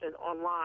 online